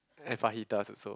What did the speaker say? and fajitas also